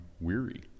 weary